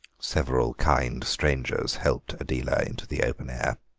several kind strangers helped adela into the open air.